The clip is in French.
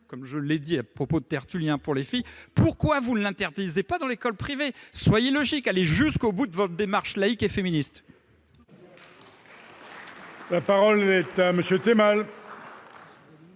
comme je l'ai dit à propos de Tertullien, pourquoi ne l'interdisez-vous pas dans l'école privée ? Soyez logiques, allez jusqu'au bout de votre démarche laïque et féministe ! La parole est à M. Rachid Temal,